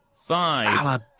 five